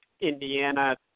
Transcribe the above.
Indiana